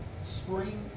Spring